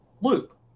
loop